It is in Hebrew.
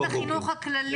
במערכת החינוך הכללית.